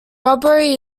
robbery